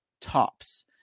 tops